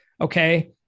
Okay